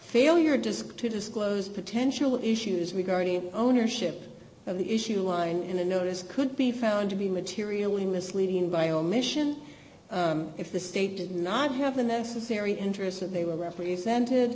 failure just to disclose potential issues regarding ownership of the issue and the notice could be found to be materially misleading by omission if the state did not have the necessary interest that they were represented